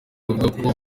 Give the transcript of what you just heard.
avuga